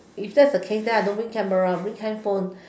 if that's the case then I don't bring camera I'll bring handphone